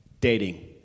Dating